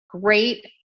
Great